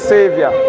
Savior